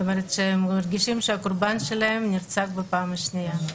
זאת אומרת שהם מרגישים שהקרבן שלהם נרצח בפעם השנייה.